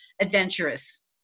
adventurous